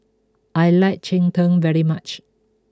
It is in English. I like Cheng Tng very much